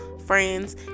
friends